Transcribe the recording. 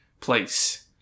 place